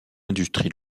industrie